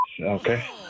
okay